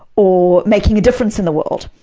or making a difference in the world.